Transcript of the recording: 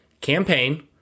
Campaign